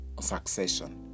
succession